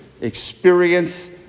experience